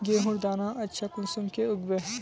गेहूँर दाना अच्छा कुंसम के उगबे?